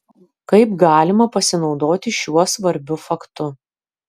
kaip galima pasinaudoti šiuo svarbiu faktu